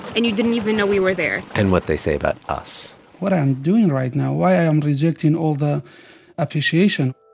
and you didn't even know we were there. and what they say about us what i am doing right now, why i am rejecting all the appreciation.